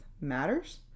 matters